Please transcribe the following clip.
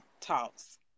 talks